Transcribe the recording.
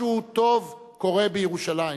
משהו טוב קורה בירושלים.